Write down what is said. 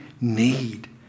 need